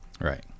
Right